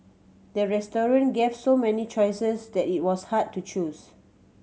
the restaurant gave so many choices that it was hard to choose